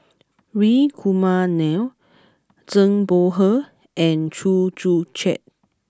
Hri Kumar Nair Zhang Bohe and Chew Joo Chiat